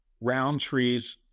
Roundtree's